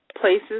places